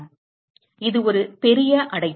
எனவே இது ஒரு பெரிய அடைப்பு